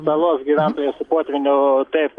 salos gyventojai su potvyniu taip